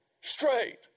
straight